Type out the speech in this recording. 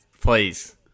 please